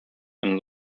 and